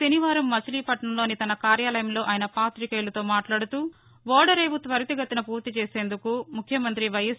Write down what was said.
శనివారం మచిలీపట్నంలోని తన కార్యాలయంలో ఆయస పాతికేయులతో మాట్లాడుతూ ఓడరేవు త్వరితగతిన పూర్తి చేసేందుకు ముఖ్యమంతి వైఎస్